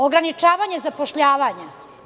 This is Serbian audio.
Ograničavanje zapošljavanja.